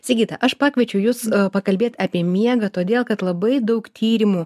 sigita aš pakviečiau jus pakalbėt apie miegą todėl kad labai daug tyrimų